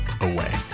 away